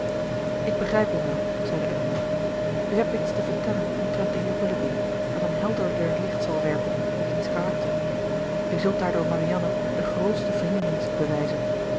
ik begrijp u wel zeide elinor u hebt mij iets te vertellen omtrent den heer willoughby dat een helderder licht zal werpen op diens karakter u zult daardoor marianne den grootsten vriendendienst bewijzen